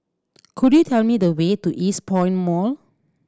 could you tell me the way to Eastpoint Mall